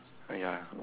uh ya